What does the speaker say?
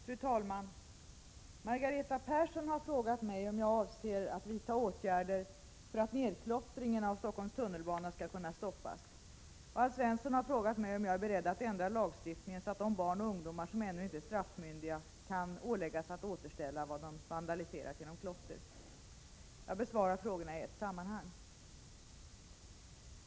Fru talman! Margareta Persson har frågat mig om jag avser att vidta åtgärder för att nedklottringen av Stockholms tunnelbana skall kunna stoppas. Alf Svensson har frågat mig om jag är beredd att ändra lagstiftningen så att de barn och ungdomar som ännu inte är straffmyndiga kan åläggas att återställa vad de vandaliserat genom klotter. Jag besvarar frågorna i ett sammanhang.